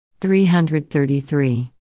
333